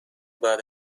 بعد